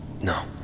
No